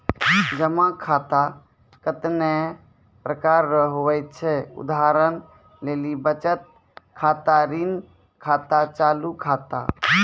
जमा खाता कतैने प्रकार रो हुवै छै उदाहरण लेली बचत खाता ऋण खाता चालू खाता